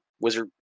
wizard